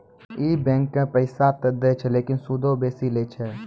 इ बैंकें पैसा त दै छै लेकिन सूदो बेसी लै छै